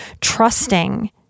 trusting